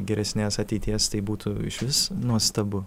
geresnės ateities tai būtų išvis nuostabu